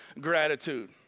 gratitude